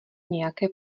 nějaké